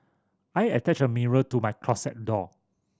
I attached a mirror to my closet door